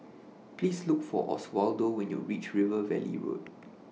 Please Look For Oswaldo when YOU REACH River Valley Road